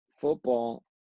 football